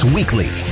Weekly